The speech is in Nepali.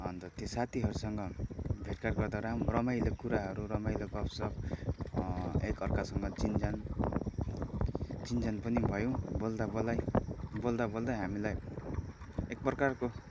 अन्त त्यो साथीहरूसँग भेटघाट गर्दा राम रमाइलो कुराहरू रमाइलो गफसफ एकअर्कासँग चिनजान चिनजान पनि भयौँ बोल्दाबोल्दै बोल्दाबोल्दै हामीलाई एकप्रकारको